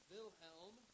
Wilhelm